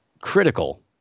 critical